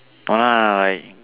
why